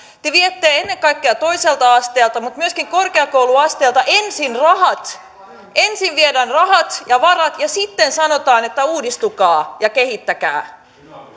te viette ennen kaikkea toiselta asteelta mutta myöskin korkeakouluasteelta ensin rahat ensin viedään rahat ja varat ja sitten sanotaan että uudistukaa ja kehittäkää